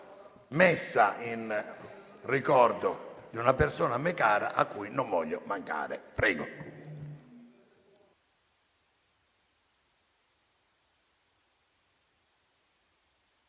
messa in ricordo di una persona a me cara a cui non voglio mancare.